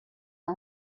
amb